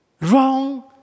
wrong